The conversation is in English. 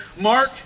Mark